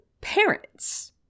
parents